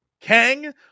Kang